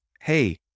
hey